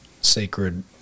Sacred